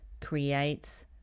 creates